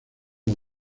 los